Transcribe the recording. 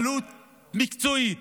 התנהלות מקצועית,